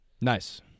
Nice